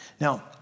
Now